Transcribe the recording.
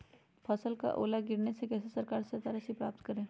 फसल का ओला गिरने से कैसे सरकार से सहायता राशि प्राप्त करें?